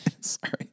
sorry